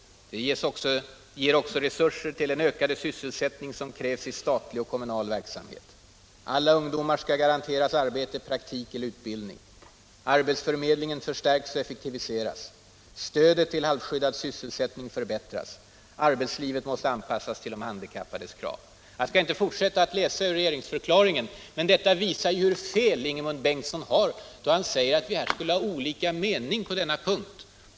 Det ger också resurser till den ökade sysselsättning som krävs i statlig och kommunal verksamhet. Alla ungdomar skall garanteras arbete, praktik eller utbildning. Arbetsförmedlingen förstärks och effektiviseras. Stödet till halvskyddad sysselsättning förbättras. Arbetslivet måste anpassas till de handikappades krav.” Jag skall inte fortsätta att läsa ur regeringsförklaringen. Men detta visar hur fel Ingemund Bengtsson har då han säger att vi skulle ha olika mening på denna punkt.